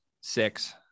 Six